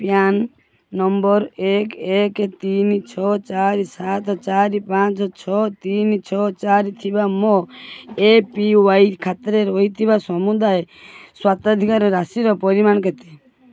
PAN number ଏକ ଏକ ତିନି ଛଅ ଚାରି ସାତ ଚାରି ପାଞ୍ଚ ଛଅ ତିନି ଛଅ ଚାରି ଥିବା ମୋ ଏ ପି ୱାଇ ଖାତାରେ ରହିଥିବା ସମୁଦାୟ ସ୍ୱତ୍ୱାଧିକାର ରାଶିର ପରିମାଣ କେତେ